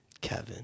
Kevin